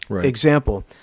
Example